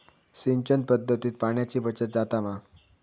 सिंचन पध्दतीत पाणयाची बचत जाता मा?